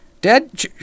dad